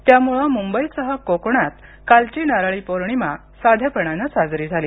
त्यामुळे मुंबईसह कोकणात कालची नारळी पौर्णिमा साधेपणाने साजरी झाली